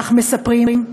כך מספרים,